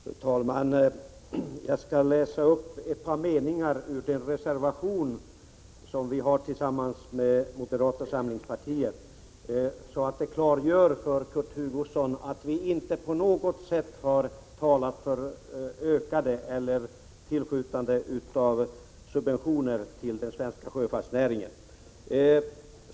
Fru talman! Jag skall läsa upp ett par meningar ur den reservation som vi tillsammans med moderata samlingspartiet har fogat till betänkandet, så att Kurt Hugosson får klart för sig att vi inte på något sätt har talat för subventioner till den svenska sjöfartsnäringen.